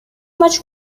much